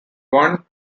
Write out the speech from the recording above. one